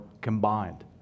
combined